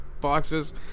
boxes